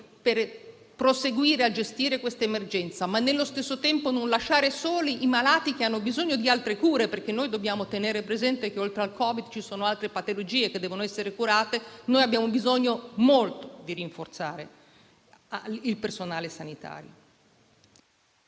per proseguire a gestire questa emergenza, ma nello stesso tempo non lasciare soli i malati che hanno bisogno di altre cure (perché dobbiamo tenere presente che oltre al Covid ci sono altre patologie che devono essere curate) abbiamo molto bisogno di rinforzare il personale sanitario.